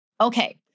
Okay